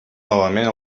novament